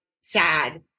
sad